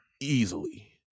Easily